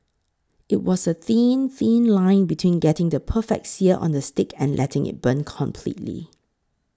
it was a thin thin line between getting the perfect sear on the steak and letting it burn completely